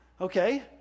okay